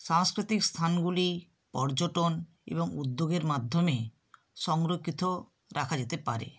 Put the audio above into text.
সাংস্কৃতিক স্থানগুলি পর্যটন এবং উদ্যোগের মাধ্যমেই সংরক্ষিত রাখা যেতে পারে